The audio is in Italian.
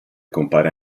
compare